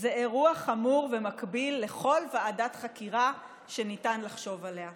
זה אירוע חמור ומקביל לכל ועדת חקירה שניתן לחשוב עליה.